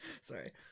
sorry